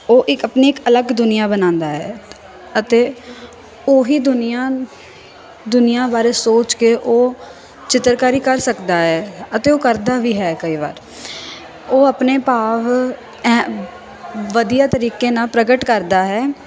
ਉਹ ਇੱਕ ਆਪਣੀ ਇੱਕ ਅਲੱਗ ਦੁਨੀਆ ਬਣਾਉਂਦਾ ਹੈ ਅਤੇ ਉਹ ਹੀ ਦੁਨੀਆ ਦੁਨੀਆ ਬਾਰੇ ਸੋਚ ਕੇ ਉਹ ਚਿੱਤਰਕਾਰੀ ਕਰ ਸਕਦਾ ਹੈ ਅਤੇ ਉਹ ਕਰਦਾ ਵੀ ਹੈ ਕਈ ਵਾਰ ਉਹ ਆਪਣੇ ਭਾਵ ਐਂ ਵਧੀਆ ਤਰੀਕੇ ਨਾਲ ਪ੍ਰਗਟ ਕਰਦਾ ਹੈ